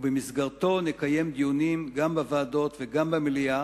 ובמסגרתו נקיים דיונים גם בוועדות וגם במליאה,